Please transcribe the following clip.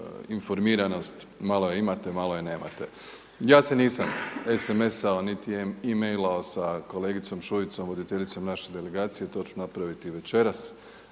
informiranost, malo je imate malo je nemate. Ja se nisam sms-ao niti emailao sa kolegicom Šuicom voditeljicom naše delegacije. To ću napraviti večeras